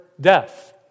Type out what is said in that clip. death